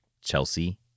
Chelsea